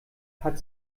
hat